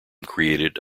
created